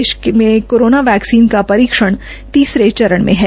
देश में corona vaccine का परीक्षण तीसरे चरण में है